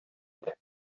иде